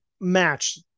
match